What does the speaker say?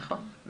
נכון.